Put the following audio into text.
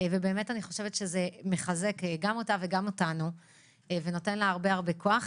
ובאמת אני חושבת שזה מחזק גם אותה וגם אותנו ונותן לה הרבה הרבה כוח.